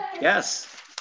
Yes